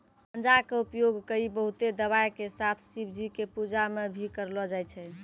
गांजा कॅ उपयोग कई बहुते दवाय के साथ शिवजी के पूजा मॅ भी करलो जाय छै